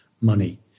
money